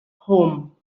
home